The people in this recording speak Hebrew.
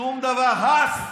שום דבר, הס.